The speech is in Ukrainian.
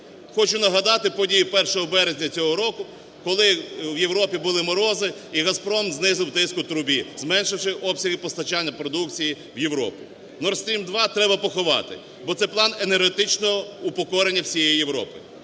Хочу надати події 1 березня цього року, коли в Європі були морози, і "Газпром" знизив тиск у трубі, зменшивши обсяги постачання продукції в Європу. "Nord Stream-2" треба поховати, бо це план енергетичного упокорення всієї Європи.